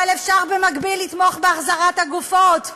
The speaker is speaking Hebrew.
אבל אפשר במקביל לתמוך בהחזרת הגופות.